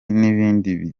n’ibindi